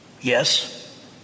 Yes